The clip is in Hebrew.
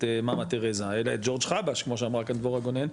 מאמה תרזה אלא את ג'ורג חבש כמו שאמרה דבורה גונן,